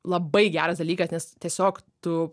labai geras dalykas nes tiesiog tu